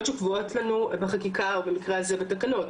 שקבועות לנו בחקיקה או במקרה הזה בתקנות,